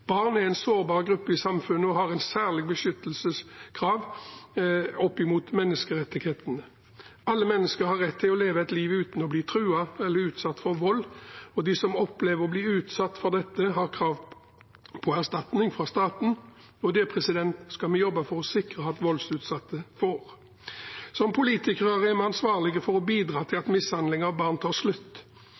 Barn er en sårbar gruppe i samfunnet og har et særlig beskyttelseskrav etter menneskerettighetene. Alle mennesker har rett til å leve et liv uten å bli truet eller utsatt for vold, og de som opplever å bli utsatt for dette, har krav på erstatning fra staten. Det skal vi jobbe for å sikre at voldsutsatte får. Som politikere er vi ansvarlige for å bidra til at mishandling av barn tar slutt.